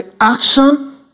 action